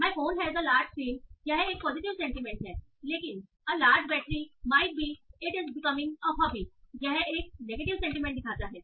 my phone has a large screen यह एक positive sentiment है लेकिन a large battery might be it is becoming a hobby यह एक नेगेटिव सेंटीमेंट दिखाता है